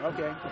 Okay